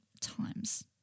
times